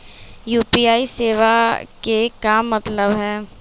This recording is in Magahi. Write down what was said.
यू.पी.आई सेवा के का मतलब है?